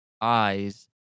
eyes